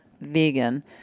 vegan